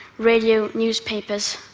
radio, newspapers,